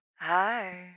Hi